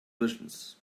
visions